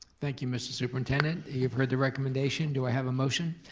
thank you, mr. superintendent. you've heard the recommendation, do i have a motion?